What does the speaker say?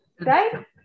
right